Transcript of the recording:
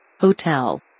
Hotel